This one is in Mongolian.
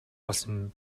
болсон